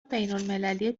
بینالمللی